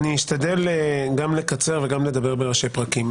אני אשתדל לקצר וגם לדבר בראשי פרקים.